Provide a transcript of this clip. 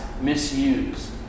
misuse